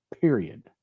Period